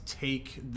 take